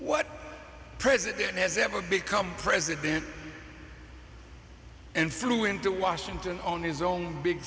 what president has ever become president and flew into washington on his own big